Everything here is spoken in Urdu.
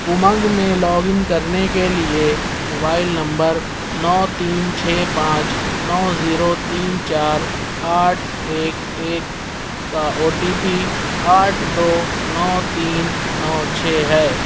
امنگ میں لاگ ان کرنے کے لیے موبائل نمبر نو تین چھ پانچ نو زیرو تین چار آٹھ ایک ایک کا او ٹی پی آٹھو دو نو تین نو چھ ہے